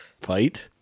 Fight